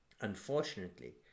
unfortunately